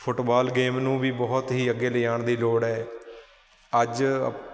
football game ਨੂੰ ਵੀ ਬਹੁਤ ਹੀ ਅੱਗੇ ਲਿਜਾਣ ਦੀ ਲੋੜ ਹੈ ਅੱਜ